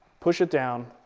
push it down,